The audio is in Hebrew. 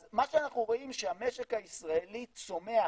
אז מה שאנחנו רואים זה שהמשק ישראלי צומח